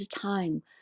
time